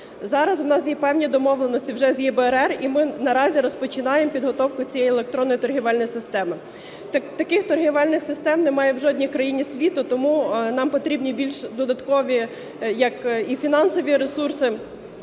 Зараз у нас є певні домовленості вже з ЄБРР, і ми наразі розпочинаємо підготовку цієї електронної торговельної системи. Таких торговельних систем немає в жодній країні світу, тому нам потрібні більш додаткові як і фінансові ресурси,